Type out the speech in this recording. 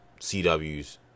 cw's